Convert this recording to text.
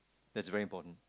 that's very important